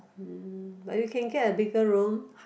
hmm but you can get a bigger room